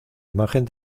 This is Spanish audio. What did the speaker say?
imagen